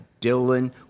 Dylan